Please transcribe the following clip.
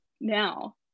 now